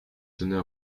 tenait